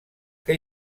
que